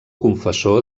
confessor